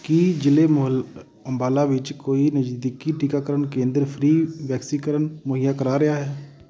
ਕੀ ਜ਼ਿਲੇ ਮੁ ਅੰਬਾਲਾ ਵਿੱਚ ਕੋਈ ਨਜ਼ਦੀਕੀ ਟੀਕਾਕਰਨ ਕੇਂਦਰ ਫ੍ਰੀ ਵੈਕਸੀਨਕਰਨ ਮੁਹੱਈਆ ਕਰਵਾ ਰਿਹਾ ਹੈ